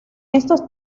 estos